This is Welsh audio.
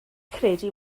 credu